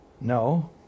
No